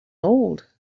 old